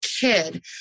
kid